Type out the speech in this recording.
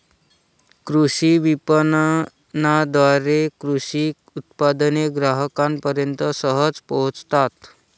कृषी विपणनाद्वारे कृषी उत्पादने ग्राहकांपर्यंत सहज पोहोचतात